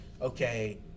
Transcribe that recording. okay